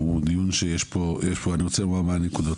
אני רוצה לומר מה הנקודות,